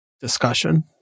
discussion